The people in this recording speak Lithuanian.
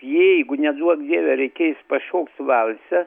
jeigu neduok dieve reikės pašoks valsą